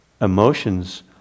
emotions